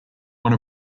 one